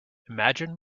imagined